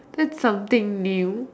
that's something new